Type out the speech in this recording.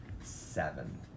seven